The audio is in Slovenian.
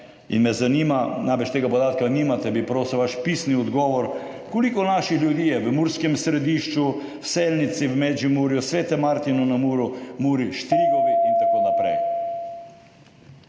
In me zanima, najbrž tega podatka nimate, bi prosil vaš pisni odgovor: Koliko naših ljudi je v Murskem Središću, v Selnici, v Medžimurju, Svetem Martinu na Muri, Štrigovi in tako naprej?